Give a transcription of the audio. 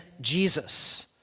Jesus